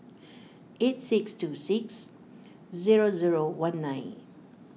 eight six two six zero zero one nine